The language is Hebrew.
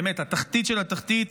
באמת התחתית של התחתית,